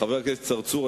חבר הכנסת צרצור,